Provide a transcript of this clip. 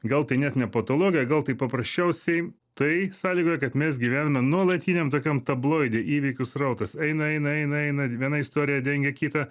gal tai net ne patologija gal tai paprasčiausiai tai sąlygoja kad mes gyvename nuolatiniam tokiam tabloide įvykių srautas eina eina eina eina viena istorija dengia kitą